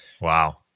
Wow